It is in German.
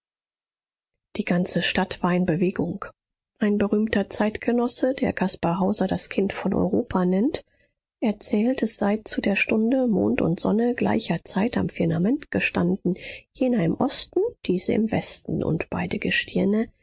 die ganze stadt war in bewegung ein berühmter zeitgenosse der caspar hauser das kind von europa nennt erzählt es sei zu der stunde mond und sonne gleicher zeit am firmament gestanden jener im osten diese im westen und beide gestirne